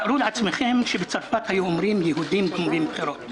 תארו לעצמכם שבצרפת היו אומרים שהיהודים גונבים בחירות.